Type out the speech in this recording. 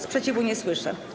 Sprzeciwu nie słyszę.